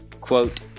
Quote